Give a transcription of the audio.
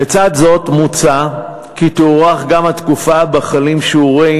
לצד זאת מוצע כי תוארך גם התקופה שבה חלים שיעורי